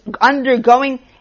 undergoing